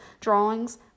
drawings